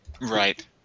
right